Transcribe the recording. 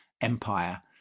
empire